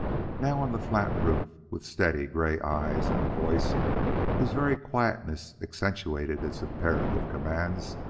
now, on the flat roof, with steady, gray eyes and a voice whose very quietness accentuated its imperative commands,